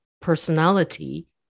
personality